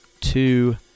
Two